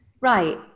right